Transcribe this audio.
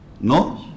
no